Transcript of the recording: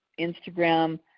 Instagram